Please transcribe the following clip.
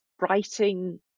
writing